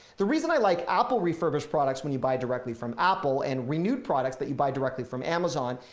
the reason i like apple refurbished products when you buy directly from apple and renewed products that you buy directly from amazon,